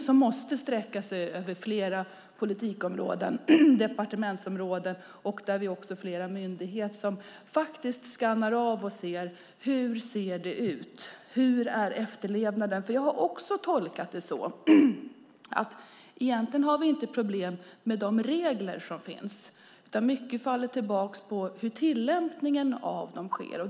Det måste sträcka sig över flera politikområden och departementsområden, och vi måste ha flera myndigheter som skannar av och ser hur det ser ut och hur efterlevnaden är. Jag har nämligen också tolkat det så att vi egentligen inte har problem med de regler som finns utan att mycket faller tillbaka på hur tillämpningen av dem sker.